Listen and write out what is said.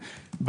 אבל,